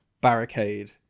barricade